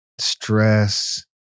stress